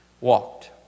walked